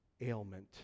ailment